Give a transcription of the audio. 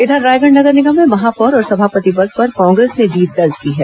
इधर रायगढ नगर निगम में महापौर और सभापति पद पर कांग्रेस ने जीत दर्ज की है